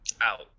Out